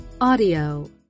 audio